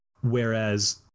Whereas